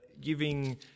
giving